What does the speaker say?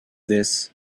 this